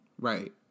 Right